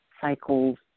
cycles